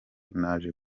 naje